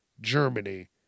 Germany